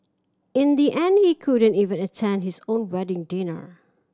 in the end he couldn't even attend his own wedding dinner